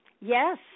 Yes